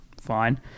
fine